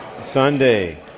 Sunday